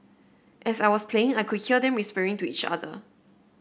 as I was playing I could hear them whispering to each other